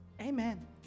Amen